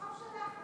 מהרחוב שלך נתחיל.